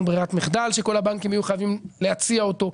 ברירת מחדל שכל הבנקים יהיו חייבים להציע אותו.